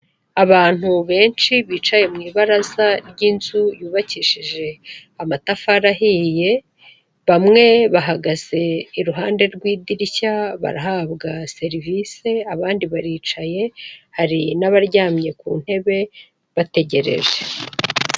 Abantu benshi bicaye mu ibaraza ry'inzu yubakishije amatafari ahiye, bamwe bahagaze i ruhande rw'idirishya barahabwa serivisi abandi baricaye, hari n'abaryamye ku ntebe bategereje.